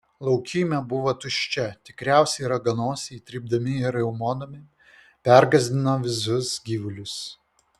laukymė buvo tuščia tikriausiai raganosiai trypdami ir riaumodami pergąsdino visus gyvulius